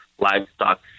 livestock